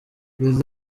with